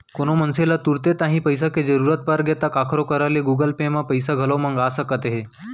कोनो मनसे ल तुरते तांही पइसा के जरूरत परगे ता काखरो करा ले गुगल पे म पइसा घलौक मंगा सकत हे